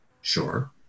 sure